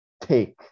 take